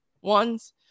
ones